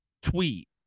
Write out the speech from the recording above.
tweet